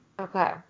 Okay